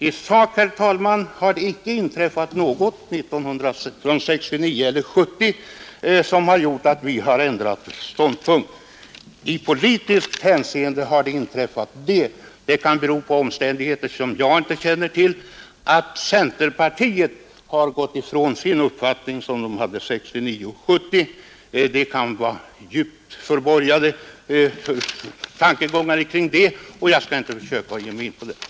I sak, herr talman, har det inte inträffat något sedan 1970 som har gjort att vi har ändrat ståndpunkt. I politiskt hänseende har emellertid det inträffat — det kan bero på omständigheter som jag inte känner till — att man inom centerpartiet gått ifrån den uppfattning som man hade 1969 och 1970. Det kan ligga djupt förborgade tankegångar bakom detta, som jag inte skall försöka gå in på.